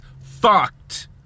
fucked